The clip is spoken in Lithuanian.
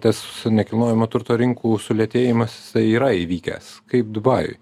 tas nekilnojamo turto rinkų sulėtėjimas jisai yra įvykęs kaip dubajuj